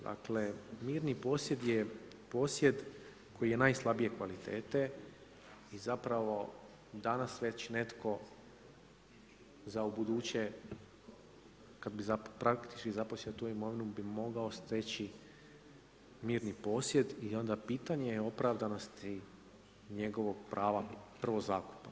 Dakle, mirni posjed je posjed koji je najslabije kvalitete i zapravo, danas već netko, za ubuduće, kada bi praktičko zaposjeo tu imovinu, bi mogao steći mirni posjed i onda pitanje je opravdanosti njegovog prava, prvog zakupa.